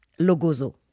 Logozo